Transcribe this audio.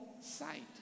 sight